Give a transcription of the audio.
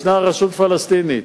ישנה רשות פלסטינית,